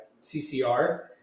ccr